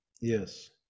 Yes